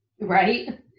right